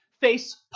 face